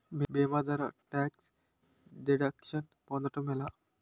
భీమా ద్వారా tax deduction పొందటం ఎలా?